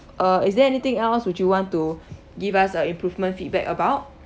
uh is there anything else would you want to give us a improvement feedback about